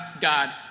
God